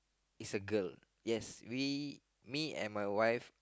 is a girl yes we me and my wife